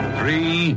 three